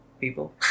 people